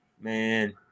Man